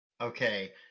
Okay